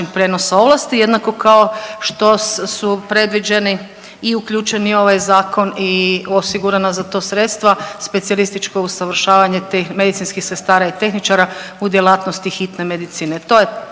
prijenosa ovlasti, jednako kao što su predviđeni i uključeni u ovaj zakon i osigurana za to sredstva, specijalističko usavršavanje medicinskih sestara i tehničara u djelatnosti hitne medicine. To je